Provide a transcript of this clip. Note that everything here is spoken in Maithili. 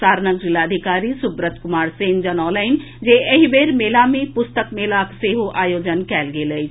सारणक जिलाधिकारी सुब्रत कुमार सेन जनौलनि जे एहि बेर मेला मे पुस्तक मेलाक सेहो आयोजन कयल गेल अछि